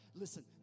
Listen